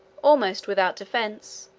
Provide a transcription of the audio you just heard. almost without defence,